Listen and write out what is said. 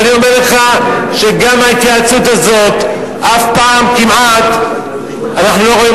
ואני אומר לך שגם ההתייעצות הזאת אף פעם כמעט אנחנו לא רואים